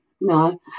no